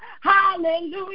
Hallelujah